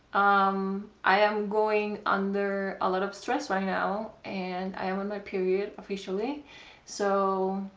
um i am going under a lot of stress right now and i'm on my period, officially so.